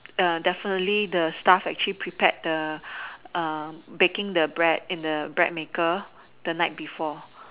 err definitely the staff actually prepared the um baking the bread in the bread maker the night before